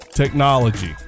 technology